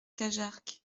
cajarc